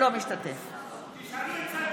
(קוראת בשמות חברי הכנסת) אמיר אוחנה,